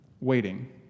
waiting